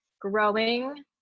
growing